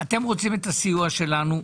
אתם רוצים את הסיוע שלנו.